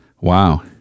Wow